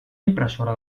impressora